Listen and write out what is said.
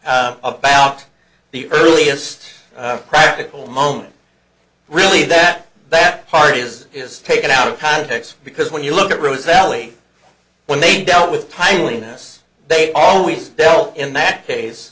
brief about the earliest practical moment really that that part is just taken out of context because when you look at rose alley when they dealt with timeliness they always dealt in that case